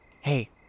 Hey